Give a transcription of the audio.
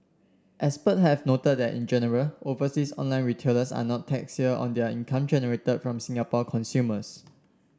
expert have noted that in general overseas online retailers are not taxed here on their income generated from Singapore consumers